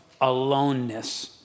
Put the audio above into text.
aloneness